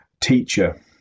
teacher